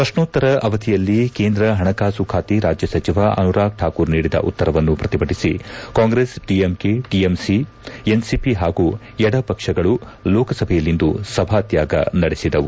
ಪ್ರಶ್ನೋತ್ತರ ಅವಧಿಯಲ್ಲಿ ಕೇಂದ್ರ ಪಣಕಾಸು ಖಾತೆ ರಾಜ್ಯ ಸಚಿವ ಅನುರಾಗ್ ಠಾಕೂರ್ ನೀಡಿದ ಉತ್ತರವನ್ನು ಪ್ರತಿಭಟಿಸಿ ಕಾಂಗ್ರೆಸ್ ಡಿಎಂಕೆ ಟಿಎಂಸಿ ಎನ್ಸಿಪಿ ಹಾಗೂ ಎಡಪಕ್ಷಗಳು ಲೋಕಸಭೆಯಲ್ಲಿಂದು ಸಭಾತ್ಯಾಗ ನಡೆಸಿದವು